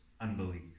unbelief